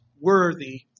worthy